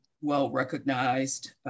well-recognized